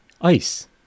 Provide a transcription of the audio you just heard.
ice